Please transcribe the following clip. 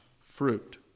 fruit